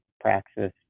praxis